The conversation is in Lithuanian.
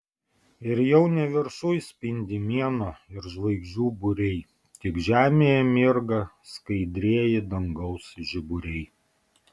ir jau ne viršuj spindi mėnuo ir žvaigždžių būriai tik žemėje mirga skaidrieji dangaus žiburiai